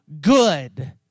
good